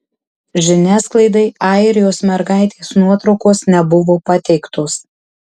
žiniasklaidai airijos mergaitės nuotraukos nebuvo pateiktos